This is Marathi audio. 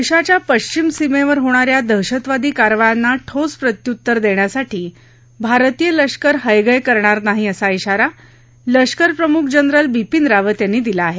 देशाच्या पश्चिम सीमेवर होणाऱ्या दहशतवादी कारवायांना ठोस प्रत्यृत्तर देण्यासाठी भारतीय लष्कर हयगय करणार नाही असा इशारा लष्कर प्रमुख जनरल बिपिन रावत यांनी दिला आहे